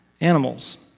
animals